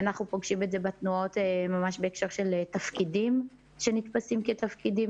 אנחנו פוגשים את זה בתנועות ממש בהקשר של תפקידים שנתפסים כתפקידים